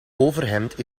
overhemd